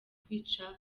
kwica